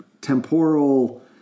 temporal